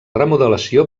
remodelació